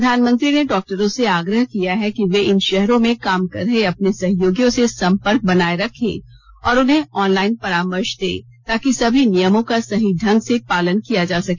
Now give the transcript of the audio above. प्रधानमंत्री ने डॉक्टरों से आग्रह किया कि वे इन शहरों में काम कर रहे अपने सहयोगियों से संपर्क बनाये रखें और उन्हें ऑनलाइन परामर्श दें ताकि सभी नियमों का सही ढंग से पालन किया जा सके